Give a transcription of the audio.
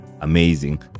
amazing